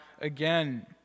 again